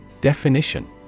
Definition